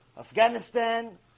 Afghanistan